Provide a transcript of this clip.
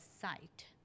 site